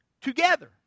together